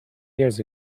years